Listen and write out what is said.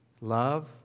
Love